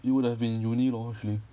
you would have been in uni actually